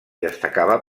destacava